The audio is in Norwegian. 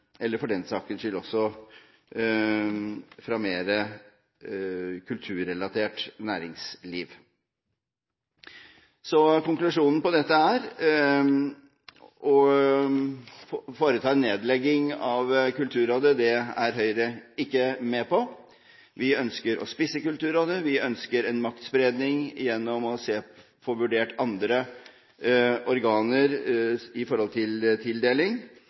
eller for den sakens skyld også fra mer kulturrelatert næringsliv. Konklusjonen på dette er: Å foreta en nedlegging av Kulturrådet er Høyre ikke med på. Vi ønsker å spisse Kulturrådet, vi ønsker en maktspredning gjennom å få vurdert andre organer i forhold til tildeling,